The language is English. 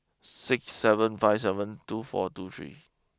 six seven five seven two four two three